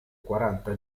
quaranta